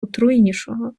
отруйнішого